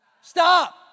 Stop